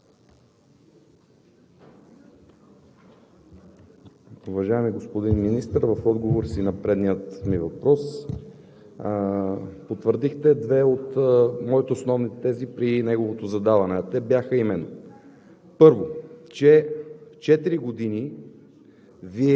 Уважаеми господин Министър, в отговор на предния ми въпрос потвърдихте две от моите основни тези при неговото задаване. А те бяха именно: